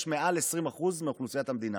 ששם יש יותר מ-20% מאוכלוסיית המדינה.